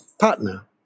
partner